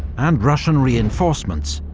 and russian reinforcements,